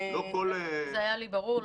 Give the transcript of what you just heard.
זה היה לי ברור.